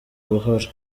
buhoro